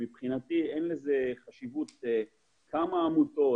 שמבחינתי אין חשיבות לכמה עמותות,